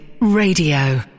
Radio